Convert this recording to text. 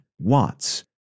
watts